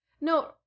no